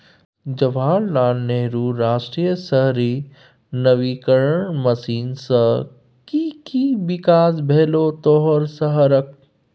जवाहर लाल नेहरू राष्ट्रीय शहरी नवीकरण मिशन सँ कि कि बिकास भेलौ तोहर शहरक?